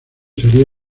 sería